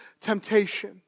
temptation